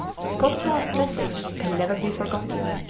scott's last message can never be forgotten.